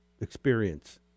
experience